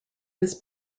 was